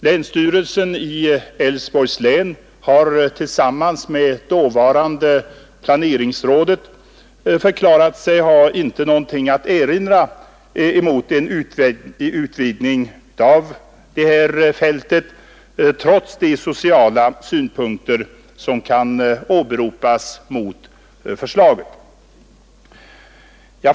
Länsstyrelsen i Älvsborgs län har tillsammans med dåvarande planeringsrådet förklarat sig inte ha någonting att erinra mot en utvidgning av fältet trots de sociala invändningar som kan göras mot förslaget.